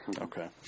Okay